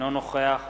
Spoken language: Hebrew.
אינו נוכח